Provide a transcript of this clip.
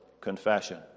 confession